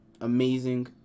Amazing